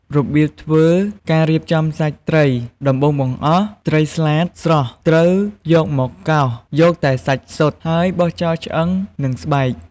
របៀបធ្វើ ការរៀបចំសាច់ត្រី ដំបូងបង្អស់ ត្រីស្លាតស្រស់ត្រូវយកមកកោសយកតែសាច់សុទ្ធ ហើយបោះចោលឆ្អឹង និងស្បែក។